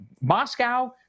Moscow